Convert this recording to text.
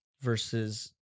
versus